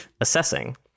assessing